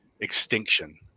extinction